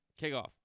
Kickoff